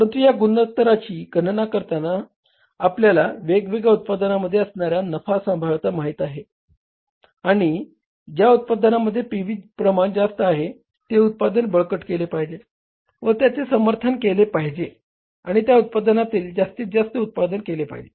परंतु या गुणोत्तरांची गणना करत असताना आपल्याला वेगवेगळ्या उत्पादनांमध्ये असणारी नफा संभाव्यता माहित आहे आणि ज्या उत्पादनात पी व्ही प्रमाण जास्त आहे ते उत्पादन बळकट केले पाहिजे व त्याचे समर्थन केले पाहिजे आणि त्या उत्पादनाचे जास्तीत जास्त उत्पादन केले पाहिजे